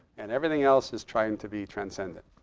and everything else is trying to be transcendent.